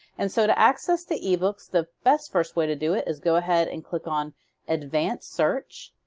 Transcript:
and so to access the ebooks the best first way to do it is go ahead and click on advanced search.